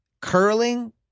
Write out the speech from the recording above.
Curling